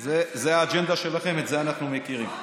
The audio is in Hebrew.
זו האג'נדה שלכם, את זה אנחנו מכירים.